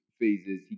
phases